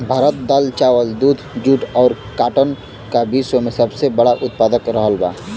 भारत दाल चावल दूध जूट और काटन का विश्व में सबसे बड़ा उतपादक रहल बा